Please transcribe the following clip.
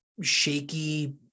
shaky